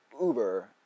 Uber